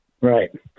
Right